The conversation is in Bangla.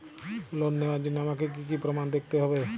লোন নেওয়ার জন্য আমাকে কী কী প্রমাণ দেখতে হবে?